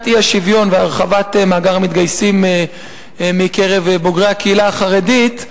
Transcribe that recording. האי-שוויון והרחבת מאגר המתגייסים מקרב בוגרי הקהילה החרדית,